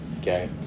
okay